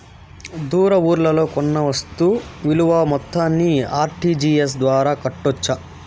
దూర ఊర్లలో కొన్న వస్తు విలువ మొత్తాన్ని ఆర్.టి.జి.ఎస్ ద్వారా కట్టొచ్చా?